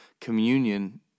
communion